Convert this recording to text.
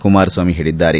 ಕುಮಾರಸ್ವಾಮಿ ಹೇಳಿದ್ದಾರೆ